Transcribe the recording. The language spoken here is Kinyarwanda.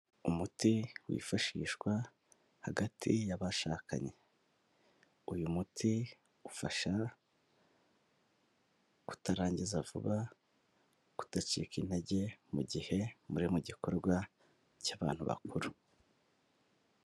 Umuti wifashishwa hagati y'abashakanye, uyu muti ufasha kutarangiza vuba kudacika intege mu gihe muri mu gikorwa cy'abantu bakuru.